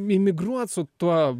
mimigruot su tuo